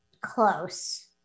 close